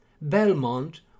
Belmont